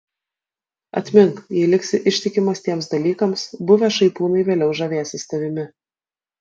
atmink jei liksi ištikimas tiems dalykams buvę šaipūnai vėliau žavėsis tavimi